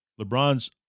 LeBron's